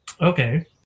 Okay